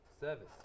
Service